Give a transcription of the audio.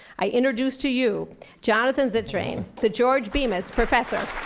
i introduce to you jonathan zittrain, the george bemis professor.